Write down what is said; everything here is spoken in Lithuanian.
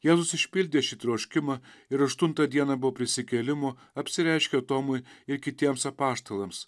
jėzus išpildė šį troškimą ir aštuntą dieną po prisikėlimo apsireiškė tomui ir kitiems apaštalams